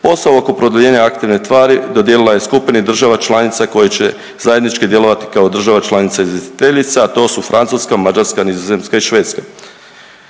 posao oko produljenja aktivne tvari dodijelila je skupini država članica koje će zajednički djelovati kao država članica izvjestiteljica, a to Francuska, Mađarska, Nizozemska i Švedska.